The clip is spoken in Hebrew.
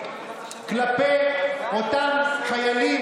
כלפי אותם חיילים,